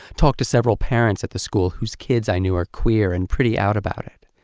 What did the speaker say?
talked to several parents at the school whose kids i knew are queer and pretty out about it.